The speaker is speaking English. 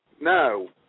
No